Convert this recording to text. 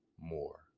more